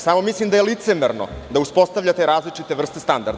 Samo mislim da je licemerno da uspostavljate različite vrste standarda.